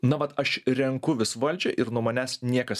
na vat aš renku vis valdžią ir nuo manęs niekas